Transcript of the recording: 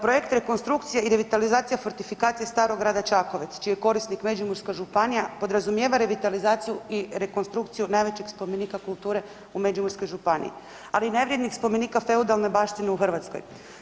Projekt rekonstrukcije i revitalizacija fortifikacije starog grada Čakovec čiji je korisnik Međimurska županija podrazumijeva revitalizaciju i rekonstrukciju najvećeg spomenika kulture u Međimurskoj županiji, ali i najvrednijeg spomenika feudalne baštine u Hrvatskoj.